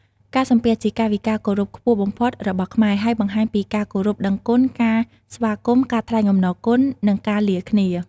ការសំពះ ជាកាយវិការគោរពខ្ពស់បំផុតរបស់ខ្មែរ ហើយបង្ហាញពីការគោរពដឹងគុណ ការស្វាគមន៍ ការថ្លែងអំណរគុណ និងការលាគ្នា។